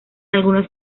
algunos